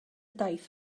daith